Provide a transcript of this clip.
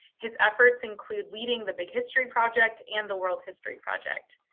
his efforts include leading the big history project and the world history project.